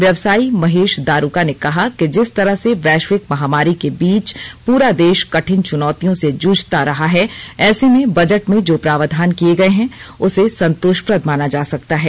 व्यवसाई महेश दारुका ने कहा कि जिस तरह से वैश्विक महामारी के बीच पूरा देश कठिन चुनौतियों से जूझता रहा है ऐसे में बजट में जो प्रावधान किए गए हैं उसे संतोषप्रद माना जा सकता है